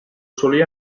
solia